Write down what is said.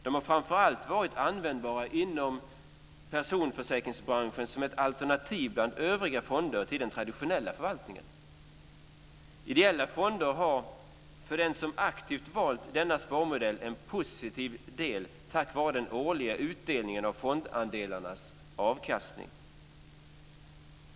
De har framför allt varit användbara inom personförsäkringsbranschen som ett alternativ bland övriga fonder till den traditionella förvaltningen. Ideella fonder har, för den som aktivt valt denna sparmodell, en positiv del tack vare den årliga utdelningen av fondandelarnas avkastning.